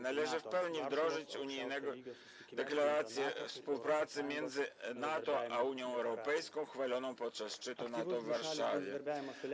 Należy w pełni wdrożyć unijną deklarację współpracy między NATO a Unią Europejską, uchwaloną podczas szczytu NATO w Warszawie.